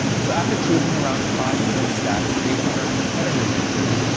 so after choosing around five to ten stats based on our competitors' anchors,